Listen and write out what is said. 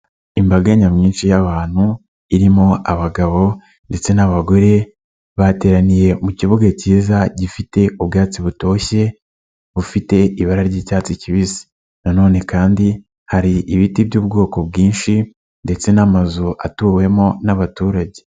Imbaga nyamwinshi y'abantu, irimo abagabo ndetse n'abagore, bateraniye mu kibuga cyiza gifite ubwatsi butoshye, bufite ibara ry'icyatsi kibisi nanone kandi hari ibiti by'ubwoko bwinshi ndetse n'amazu atuwemo n'abaturage.